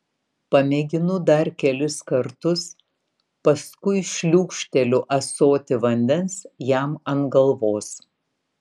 pamėginu dar kelis kartus paskui šliūkšteliu ąsotį vandens jam ant galvos